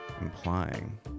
implying